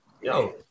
yo